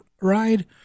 ride